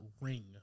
ring